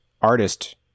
artist